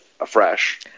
afresh